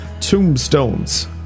tombstones